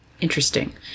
Interesting